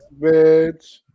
bitch